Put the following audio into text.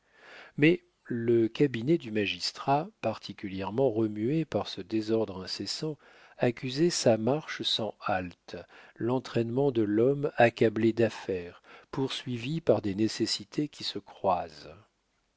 mais le cabinet du magistrat particulièrement remué par ce désordre incessant accusait sa marche sans haltes l'entraînement de l'homme accablé d'affaires poursuivi par des nécessités qui se croisent